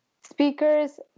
speakers